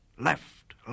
left